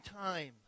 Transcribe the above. time